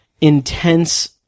intense